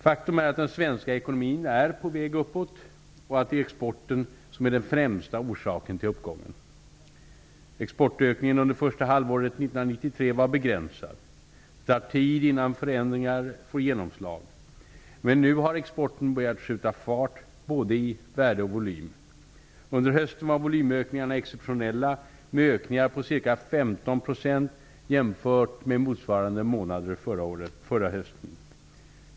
Faktum är att den svenska ekonomin är på väg uppåt och att det är exporten som är den främsta orsaken till uppgången. Exportökningen under första halvåret 1993 var begränsad. Det tar tid innan förändringar får genomslag. Men nu har exporten börjat skjuta fart både i värde och volym. Under hösten var volymökningarna exceptionella med ökningar på ca 15 % jämfört med motsvarande månader förra hösten.